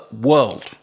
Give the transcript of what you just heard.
world